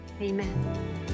Amen